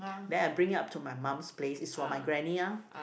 then I bring up to my mum's place it's for my granny ah